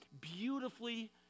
beautifully